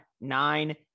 nine